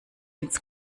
ins